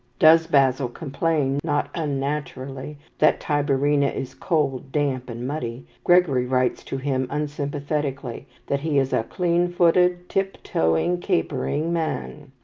does basil complain, not unnaturally, that tiberina is cold damp, and muddy, gregory writes to him unsympathetically that he is a clean-footed, tip-toeing, capering man.